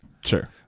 Sure